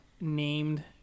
named